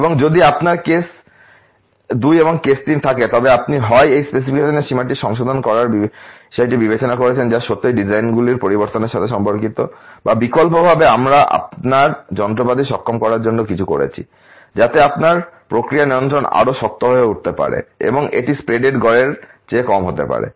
এবং যদি আপনার ক্ষেত্রে কেস দুই এবং কেস তিন থাকে তবে আপনি হয় এই স্পেসিফিকেশন সীমাটি সংশোধন করার বিষয়টি বিবেচনা করেছেন যা সত্যই ডিজাইনগুলির পরিবর্তনের সাথে সম্পর্কিত বা বিকল্পভাবে আমরা আপনার যন্ত্রপাতি সক্ষম করার জন্য কিছু করেছি যাতে আপনার প্রক্রিয়া নিয়ন্ত্রণ আরও শক্ত হয়ে উঠতে পারে এবং এটি স্প্রেডের গড়ের চেয়ে কম হতে পারে